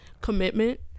commitment